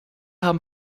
haben